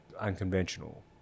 unconventional